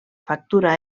factura